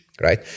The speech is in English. Right